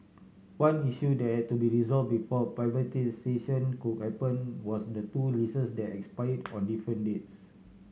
one issue that to be resolve before privatisation could happen was the two leases that expire on different dates